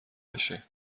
بشه